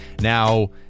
Now